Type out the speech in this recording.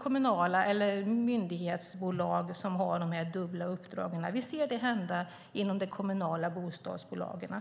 kommunala bolag eller myndighetsbolag som har de dubbla uppdragen. Vi ser det hända inom de kommunala bostadsbolagen.